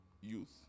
youth